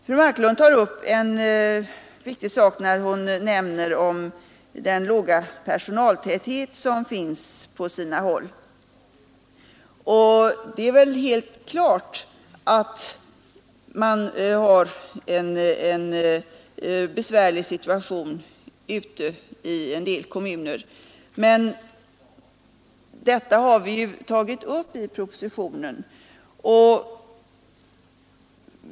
En viktig sak tog fru Marklund upp när hon nämnde den låga personaltäthet som förekommer på sina håll. Det är väl helt klart att situationen är besvärlig ute i en del kommuner, men detta har vi ju tagit upp i propositionen.